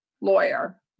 lawyer